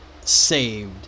saved